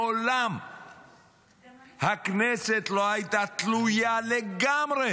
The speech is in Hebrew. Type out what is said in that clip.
מעולם הכנסת לא הייתה תלויה לגמרי